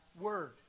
word